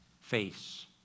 face